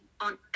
on